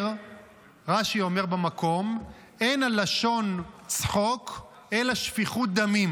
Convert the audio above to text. רש"י אומר במקום: אין הלשון צחוק אלא שפיכות דמים.